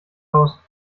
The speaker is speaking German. aus